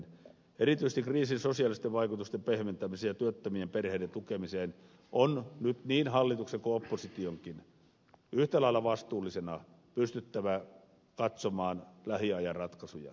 erityisesti kriisin sosiaalisten vaikutusten pehmentämiseen ja työttömien perheiden tukemiseen on nyt niin hallituksen kuin oppositionkin yhtä lailla vastuullisena pystyttävä katsomaan lähiajan ratkaisuja